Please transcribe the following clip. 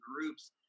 groups